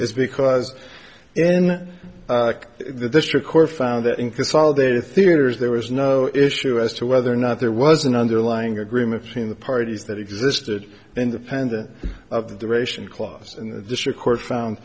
is because then the district court found that in consolidated theatres there was no issue as to whether or not there was an underlying agreement between the parties that existed independent of the ration clause in the district court found